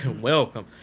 Welcome